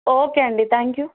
okay అండి thank you